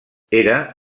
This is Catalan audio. era